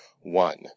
one